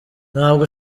ntabwo